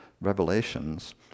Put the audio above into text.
revelations